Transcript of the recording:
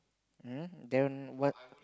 [uh hm] then what